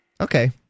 Okay